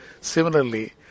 Similarly